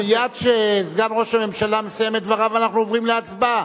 מייד כשסגן ראש הממשלה מסיים את דבריו אנחנו עוברים להצבעה.